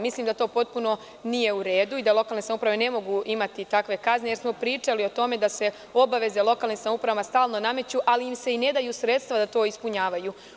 Mislim da to nije u redu i da lokalne samouprave ne mogu imati takve kazne, jer smo pričali o tome da se obaveze lokalnim samoupravama stalno nameću, ali im se i ne daju sredstva da to ispunjavaju.